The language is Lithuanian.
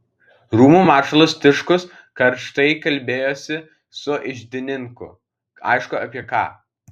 rūmų maršalas tiškus karštai kalbėjosi su iždininku aišku apie ką